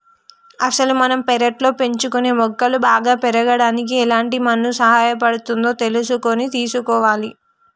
అసలు మనం పెర్లట్లో పెంచుకునే మొక్కలు బాగా పెరగడానికి ఎలాంటి మన్ను సహాయపడుతుందో తెలుసుకొని తీసుకోవాలి